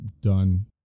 done